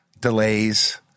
delays